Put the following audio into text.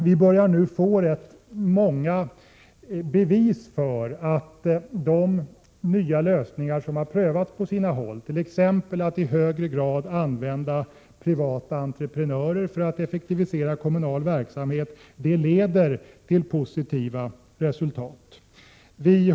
Vi börjar nu få rätt många bevis för att de nya lösningar som har prövats på sina håll, t.ex. att i högre grad använda privata entreprenörer för att effektivisera offentlig verksamhet, leder till positiva resultat.